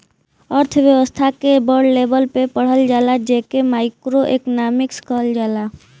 अर्थव्यस्था के बड़ लेवल पे पढ़ल जाला जे के माइक्रो एक्नामिक्स कहल जाला